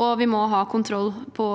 og vi må ha kontroll på